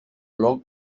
blog